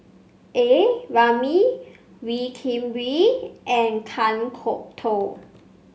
A Ramli Wee Kim Wee and Kan Kwok Toh